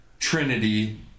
trinity